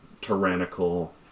tyrannical